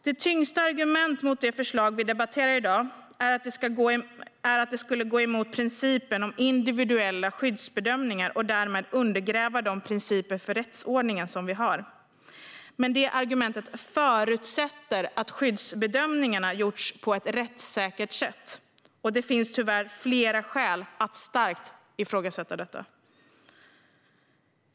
Det tyngsta argumentet mot det förslag vi debatterar i dag är att det skulle gå emot principen om individuella skyddsbedömningar och därmed undergräva de principer för rättsordningen som vi har. Men det argumentet förutsätter att skyddsbedömningarna gjorts på ett rättssäkert sätt, och det finns tyvärr flera skäl att starkt ifrågasätta detta.